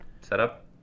setup